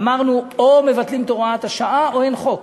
אמרנו: או שמבטלים את הוראת השעה, או שאין חוק.